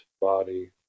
body